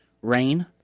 Rain